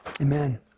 Amen